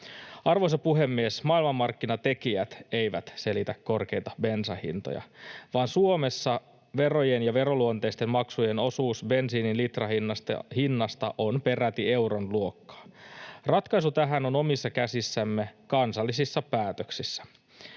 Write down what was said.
Arvoisa puhemies! Maailmanmarkkinatekijät eivät selitä korkeita bensan hintoja, vaan Suomessa verojen ja veroluonteisten maksujen osuus bensiinin litrahinnasta on peräti euron luokkaa. Ratkaisu tähän on omissa käsissämme, kansallisissa päätöksissä.